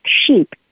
sheep